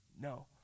No